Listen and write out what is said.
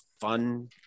fun